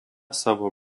savo